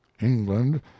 england